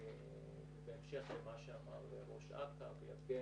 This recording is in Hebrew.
ובהמשך למה שאמר ראש אכ"א ויבגני,